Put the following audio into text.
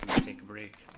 take a break.